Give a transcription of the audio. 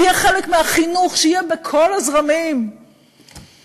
זה יהיה חלק מהחינוך שיהיה בכל הזרמים בחינוך,